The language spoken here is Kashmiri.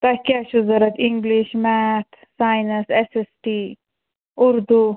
تۄہہِ کیٛاہ چھُو ضُروٗرت English math science S S T Urdu